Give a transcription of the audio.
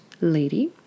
lady